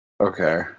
okay